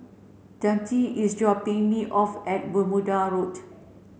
Dante is dropping me off at Bermuda Road